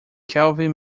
kelvin